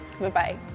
Bye-bye